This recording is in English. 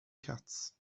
cats